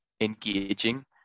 engaging